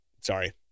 sorry